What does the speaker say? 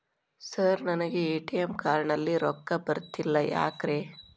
Sir ನನಗೆ ATM card ನಲ್ಲಿ ರೊಕ್ಕ ಬರತಿಲ್ಲ ಯಾಕ್ರೇ?